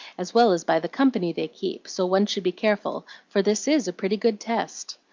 as well as by the company they keep so one should be careful, for this is a pretty good test.